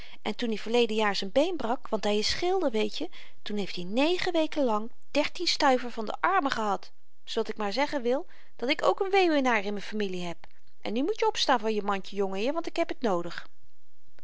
en toen i verleden jaar z'n been brak want hy is schilder weetje toen heeft i negen weken lang dertien stuiver van de armen gehad zoodat ik maar zeggen wil dat ik ook n wéwenaar in m'n familie heb en nu moet je opstaan van je mandje jongeheer want ik heb t noodig